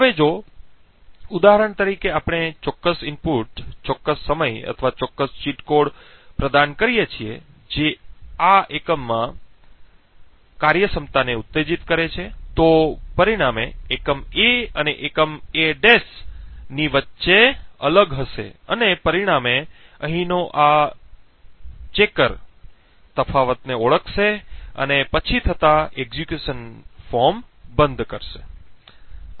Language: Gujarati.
હવે જો ઉદાહરણ તરીકે અમે વિશિષ્ટ ઇનપુટ વિશિષ્ટ સમય અથવા ચોક્કસ ચીટ કોડ પ્રદાન કરીએ છીએ જે આ એકમમાં એકમાં કાર્યક્ષમતાને ઉત્તેજિત કરે છે તો પરિણામ એકમ A અને એકમ A' ની વચ્ચે અલગ હશે અને પરિણામે અહીંનો આ ચેકર તફાવત ઓળખશે અને પછી થતા એક્ઝેક્યુશન ફોર્મ બંધ કરશે